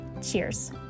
Cheers